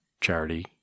charity